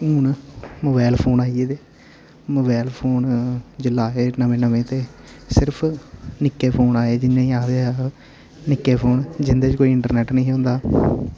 ते हुन mobile phone आइये दे मोबैल फोन जिल्लै आए नवें नवें ते सिर्फ निक्के फोन आए जिन्हें ई आखदे हे अस निक्के फोन जिन्दे च कोई इंटरनैट ने'ही होंदा